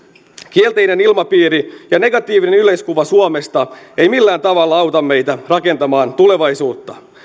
kielteinen ilmapiiri ja negatiivinen yleiskuva suomesta ei millään tavalla auta meitä rakentamaan tulevaisuutta